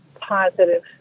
positive